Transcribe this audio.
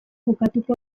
jokatuko